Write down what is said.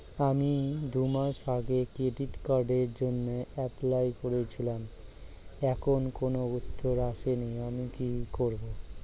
আমি দুমাস আগে ক্রেডিট কার্ডের জন্যে এপ্লাই করেছিলাম এখনো কোনো উত্তর আসেনি আমি কি করব?